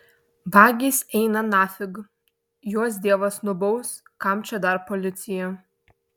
vagys eina nafig juos dievas nubaus kam čia dar policija